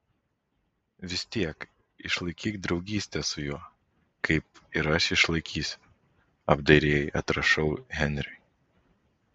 vis tiek išlaikyk draugystę su juo kaip ir aš išlaikysiu apdairiai atrašau henriui